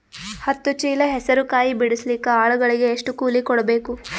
ಹತ್ತು ಚೀಲ ಹೆಸರು ಕಾಯಿ ಬಿಡಸಲಿಕ ಆಳಗಳಿಗೆ ಎಷ್ಟು ಕೂಲಿ ಕೊಡಬೇಕು?